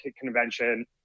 Convention